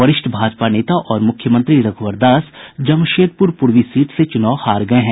वरिष्ठ भाजपा नेता और मुख्यमंत्री रघुवर दास जमशेदपुर पूर्वी सीट से चुनाव हार गए हैं